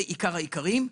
זה עיקר העיקרים.